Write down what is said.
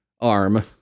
arm